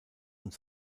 und